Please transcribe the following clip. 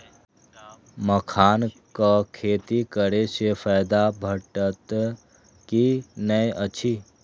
मखानक खेती करे स फायदा भेटत की नै अछि?